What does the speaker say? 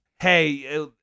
Hey